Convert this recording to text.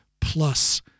plus